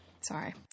Sorry